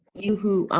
yoo-hoo.